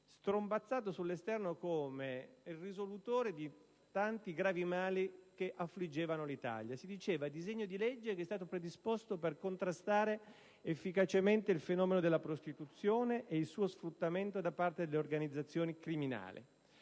strombazzato all'esterno come risolutore di tanti gravi mali che affliggevano l'Italia. Si diceva: «Il presente schema di disegno di legge è stato predisposto per contrastare efficacemente il fenomeno della prostituzione ed il suo sfruttamento da parte delle organizzazioni criminali».